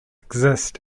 exist